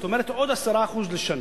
זאת אומרת עוד 10% לשנה.